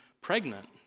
pregnant